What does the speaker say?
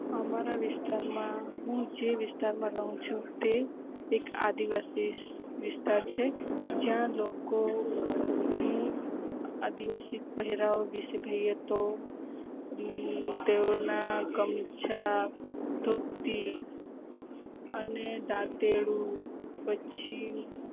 અમારા વિસ્તારમા હું જે વિસ્તારમા રહું છુ તે એક આદિવાસી વિસ્તાર છે જ્યાં લોકો ની આદિવાસી પહેરાવ વિશે કહીએ તો તેઓના ગમછા ધોતી અને દાંતરડું પછી